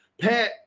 Pat